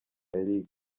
eric